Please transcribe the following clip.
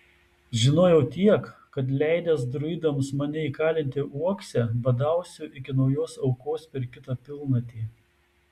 žinojau tiek kad leidęs druidams mane įkalinti uokse badausiu iki naujos aukos per kitą pilnatį